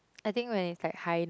I think when it's like high note